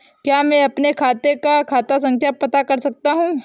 क्या मैं अपने खाते का खाता संख्या पता कर सकता हूँ?